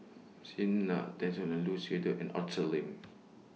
Zena Tessensohn Lu Suitin and Arthur Lim